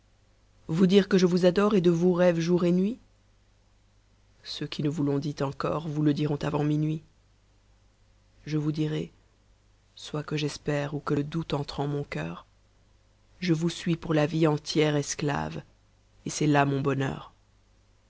vous dire que je vous adore et de vous rêve jour et nuit ceux qui ne vous l'ont dit encore vous le diront avant minuit je vous dirai soît que j'espère ou que le doute entre en mon coeur je vous suis pour la vie entière esclave et c'est là mon bonheur